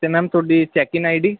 ਅਤੇ ਮੈਮ ਤੁਹਾਡੀ check in I D